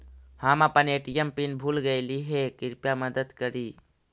हम अपन ATM pin भूल गईली हे, कृपया मदद करी